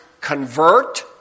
convert